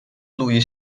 lui